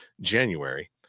January